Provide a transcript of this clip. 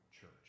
church